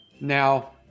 Now